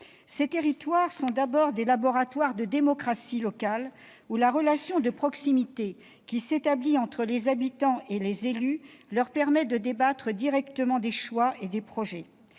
Ces territoires sont d'abord des laboratoires de démocratie locale où la relation de proximité qui s'établit entre habitants et élus leur permet de débattre directement des choix et des projets.